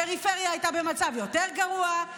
הפריפריה הייתה במצב יותר גרוע,